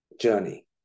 journey